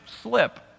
slip